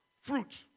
fruit